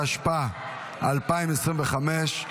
התשפ"ה 2025,